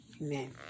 Amen